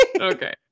Okay